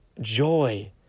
joy